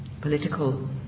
political